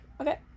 Okay